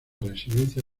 residencia